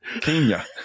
Kenya